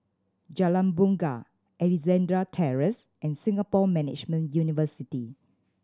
Jalan Bungar Alexandra Terrace and Singapore Management University